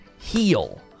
heal